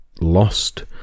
lost